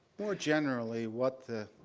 more generally, what the